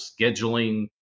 scheduling